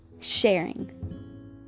sharing